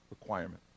requirement